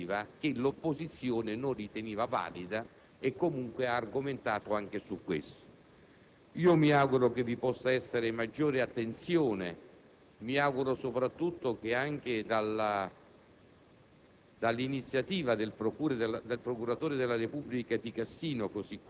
protesta civile nei confronti di un'iniziativa che l'opposizione non riteneva valida e, comunque, ha argomentato anche su questo. Mi auguro che vi possa essere maggiore attenzione, ma soprattutto che anche